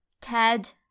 Ted